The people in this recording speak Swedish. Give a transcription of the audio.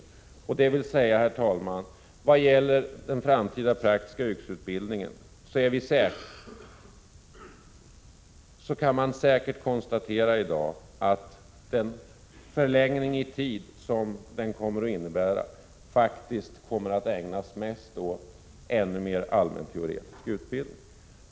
Vad gäller den framtida praktiska yrkesutbildningen kan man konstatera i dag att den förlängning i tid, som den kommer att innebära, faktiskt kommer att ägnas mest åt ännu mer allmänteoretisk utbildning.